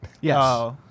Yes